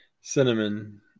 cinnamon